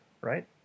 right